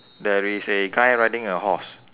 there is a guy riding a horse